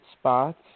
spots